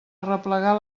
arreplegar